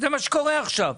זה מה שקורה עכשיו.